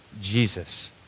Jesus